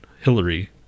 Hillary